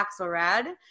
Axelrad